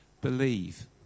believe